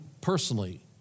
personally